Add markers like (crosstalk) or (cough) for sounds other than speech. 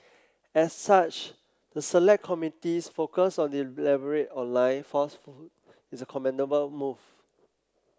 as such the select committee's focus on the deliberate online (unintelligible) is a commendable move